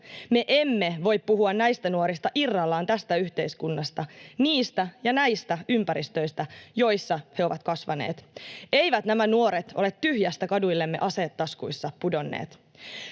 Me emme voi puhua näistä nuorista irrallaan tästä yhteiskunnasta, niistä ja näistä ympäristöistä, joissa he ovat kasvaneet. Eivät nämä nuoret ole tyhjästä kaduillemme aseet taskuissa pudonneet.